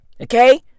okay